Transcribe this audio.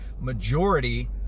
majority